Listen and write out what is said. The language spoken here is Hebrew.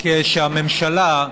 רק שהממשלה,